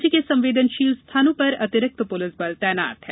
राज्य के संवेदनशील स्थानों पर अतिरिक्त पुलिस बल तैनात हैं